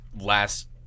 last